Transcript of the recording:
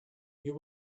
you